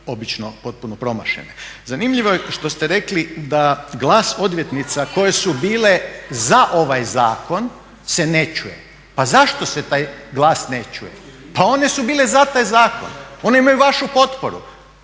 obično potpuno promašeni. Zanimljivo je što ste rekli da glas odvjetnica koje su bile za ovaj zakon se ne čuje. Pa zašto se taj glas ne čuje? Pa one su bile za taj zakon, one imaju vašu potporu.